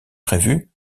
prévu